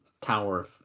tower